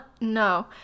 no